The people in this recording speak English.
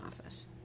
office